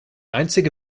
einzige